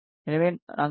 எனவே நாங்கள் வி